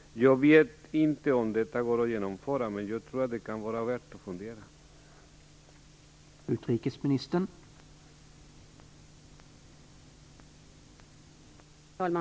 Jag vet inte om detta går att genomföra, men det kan vara värt att fundera på det.